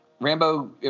Rambo